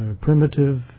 primitive